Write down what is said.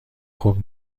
خوب